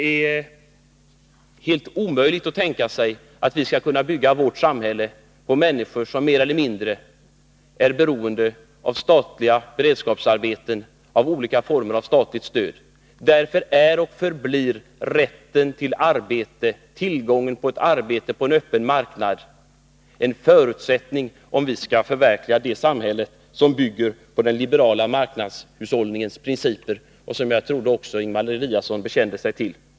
Det är helt omöjligt att tänka sig att vi skulle kunna bygga vårt samhälle med människor, som mer eller mindre är beroende av statliga beredskapsarbeten och olika former av statligt stöd. Därför är och förblir rätten till arbete, tillgången till arbete på en öppen marknad, en förutsättning, om vi skall kunna förverkliga det samhälle som bygger på den liberala marknadshushållningens principer och som jag trodde att även Ingemar Eliasson bekände sig till.